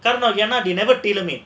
ஏனா:yaenaa they never tell any